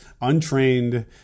untrained